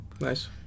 Nice